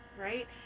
right